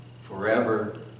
forever